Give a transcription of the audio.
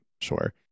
sure